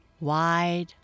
wide